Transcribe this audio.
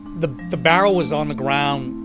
the the barrel was on the ground.